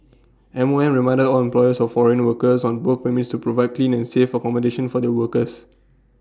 M O M reminded on employers of foreign workers on work permits to provide clean and safe accommodation for their workers